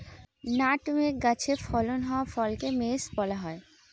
nutmeg গাছে ফলন হওয়া ফলকে মেস বলা হয়